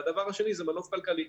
והדבר השני, זה מנוף כלכלי.